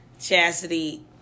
Chastity